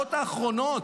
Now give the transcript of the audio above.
השעות האחרונות.